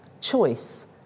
choice